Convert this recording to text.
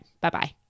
Bye-bye